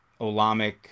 Olamic